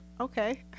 okay